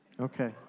Okay